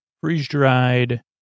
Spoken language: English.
freeze-dried